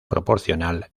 proporcional